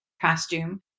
costume